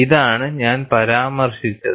ഇതാണ് ഞാൻ പരാമർശിച്ചത്